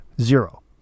zero